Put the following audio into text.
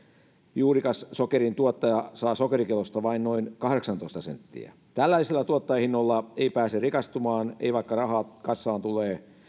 juurikassokerin tuottaja saa sokerikilosta vain noin kahdeksantoista senttiä tällaisilla tuottajahinnoilla ei pääse rikastumaan ei vaikka rahaa kassaan tulee